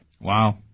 Wow